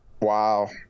wow